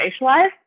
racialized